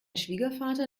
schwiegervater